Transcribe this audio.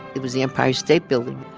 it was the empire state building,